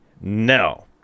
no